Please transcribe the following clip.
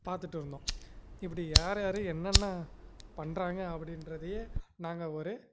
பார்த்துட்டு இருந்தோம் இப்படி யார் யார் என்னென்ன பண்ணுறாங்க அப்படின்றதையே நாங்கள் ஒரு